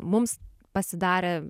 mums pasidarė